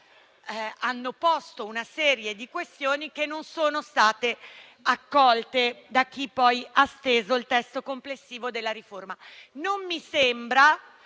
hanno posto una serie di questioni che però non sono state accolte da chi poi ha steso il testo complessivo della riforma.